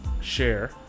share